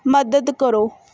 ਮਦਦ ਕਰੋ